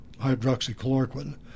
hydroxychloroquine